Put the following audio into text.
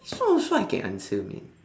this one also I can answer man